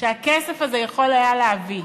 שהכסף הזה יכול היה להביא.